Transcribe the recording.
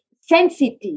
sensitive